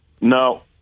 No